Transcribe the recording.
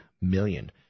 million